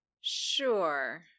Sure